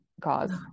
cause